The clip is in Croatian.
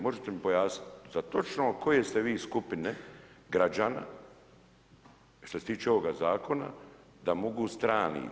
Možete mi pojasniti za točno koje ste vi skupine građana što se tiče ovoga zakona da mogu strani.